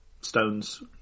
stones